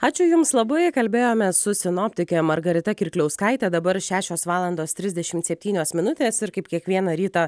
ačiū jums labai kalbėjomės su sinoptike margarita kirkliauskaite dabar šešios valandos trisdešimt septynios minutės ir kaip kiekvieną rytą